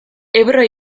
ebro